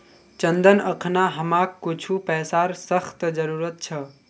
चंदन अखना हमाक कुछू पैसार सख्त जरूरत छ